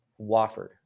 Wofford